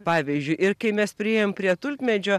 pavyzdžiui ir kai mes priėjom prie tulpmedžio